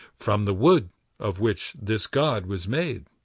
from the wood of which this god was made.